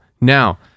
Now